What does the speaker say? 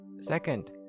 Second